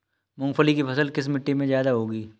मूंगफली की फसल किस मिट्टी में ज्यादा होगी?